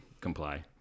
comply